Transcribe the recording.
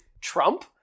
Trump